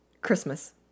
Christmas